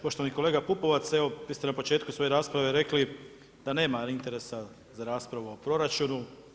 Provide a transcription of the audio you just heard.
Poštovani kolega Pupovac, evo, vi ste4 na početku svoje rasprave rekli da nema interesa za raspravu o proračunu.